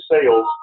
sales